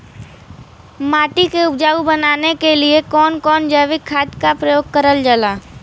माटी के उपजाऊ बनाने के लिए कौन कौन जैविक खाद का प्रयोग करल जाला?